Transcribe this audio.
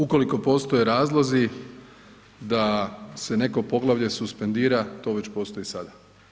Ukoliko postoje razlozi da se neko poglavlje suspendira, to već postoji sada.